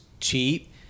cheap